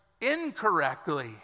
incorrectly